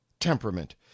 temperament